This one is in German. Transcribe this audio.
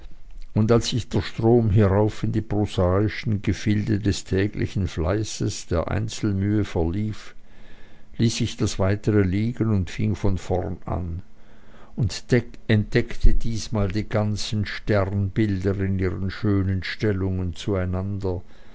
und als sich der strom hierauf in die prosaischen gefilde des täglichen fleißes der einzelmühe verlief ließ ich das weitere liegen und fing von vorn an und entdeckte diesmal die ganzen sternbilder in ihren schönen stellungen zueinander